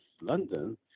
London